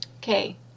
Okay